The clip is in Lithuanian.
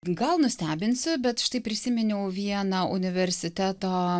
gal nustebinsiu bet štai prisiminiau vieną universiteto